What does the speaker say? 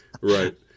right